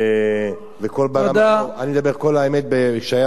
ו"קול ברמה" אני מדבר על "קול האמת" שהיה בעבר,